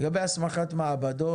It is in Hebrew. לגבי הסמכת מעבדות,